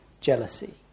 jealousy